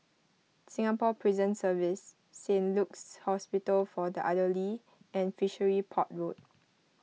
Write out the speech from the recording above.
Singapore Prison Service Saint Luke's Hospital for the Elderly and Fishery Port Road